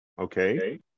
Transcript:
Okay